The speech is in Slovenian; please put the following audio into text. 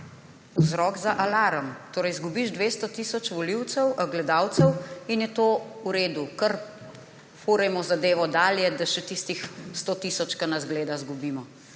vzrok za alarm. Izgubiš 200 tisoč gledalcev in je to v redu, kar furajmo zadevo dalje, da še tistih 100 tisoč, ki nas gleda, izgubimo.